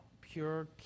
pure